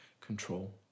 control